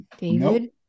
David